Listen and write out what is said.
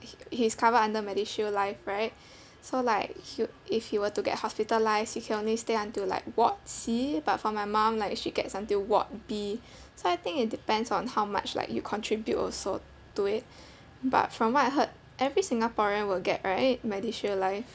h~ he's covered under medishield life right so like he w~ if he were to get hospitalised he can only stay until like ward C but for my mum like she gets until ward B so I think it depends on how much like you contribute also to it but from what I heard every singaporean will get right medishield life